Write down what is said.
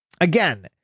again